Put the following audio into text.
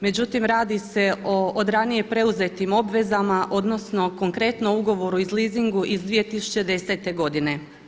Međutim, radi se o od ranije preuzetim obvezama, odnosno konkretno ugovoru o leasingu iz 2010. godine.